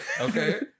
Okay